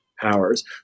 powers